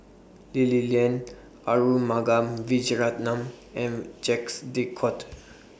Lee Li Lian Arumugam Vijiaratnam and Jacques De Coutre